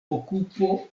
okupo